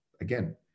Again